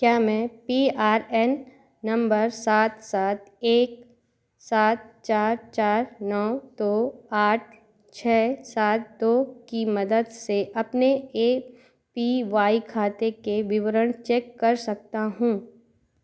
क्या मैं P R N number सात सात एक सात चार चार नौ दो आठ छः सात दो की मदद से अपने ए पी वाई खाते के विवरण चेक कर सकता हूँ